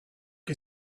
che